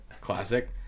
classic